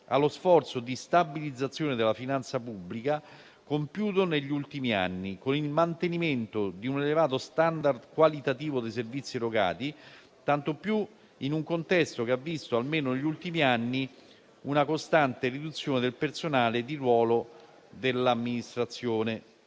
allo sforzo di stabilizzazione della finanza pubblica, compiuto negli ultimi anni, con il mantenimento di un elevato *standard* qualitativo dei servizi erogati, tanto più in un contesto che ha visto, almeno negli ultimi anni, una costante riduzione del personale di ruolo dell'Amministrazione.